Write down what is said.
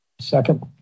Second